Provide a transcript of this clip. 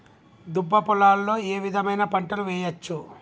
దుబ్బ పొలాల్లో ఏ విధమైన పంటలు వేయచ్చా?